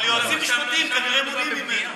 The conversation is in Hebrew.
אבל יועצים משפטיים כנראה מונעים ממנו.